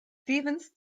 stevens